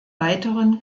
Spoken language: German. weiteren